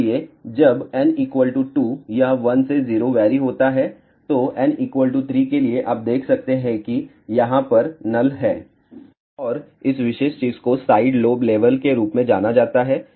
इसलिए जब n 2 यह 1 से 0 वेरी होता है तो n 3 के लिए आप देख सकते हैं कि यहाँ पर नल है और इस विशेष चीज़ को साइड लोब लेवल के रूप में जाना जाता है